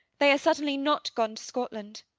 they are certainly not gone to scotland.